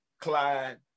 Clyde